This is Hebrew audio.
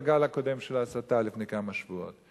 בגל הקודם של ההסתה לפני כמה שבועות.